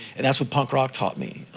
and that's what punk rock taught me.